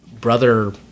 brother